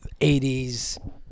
80s